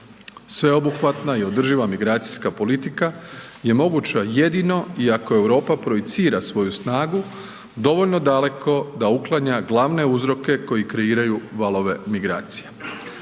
Sveobuhvatna i održiva migracijska politika je moguća jedino i ako Europa projicira svoju snagu dovoljno daleko da uklanja glavne uzroke koji kreiraju valove migracije.